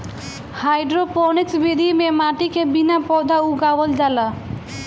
hydroponics विधि में माटी के बिना पौधा उगावल जाला